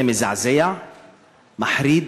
זה מזעזע, מחריד,